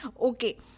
Okay